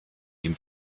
ihm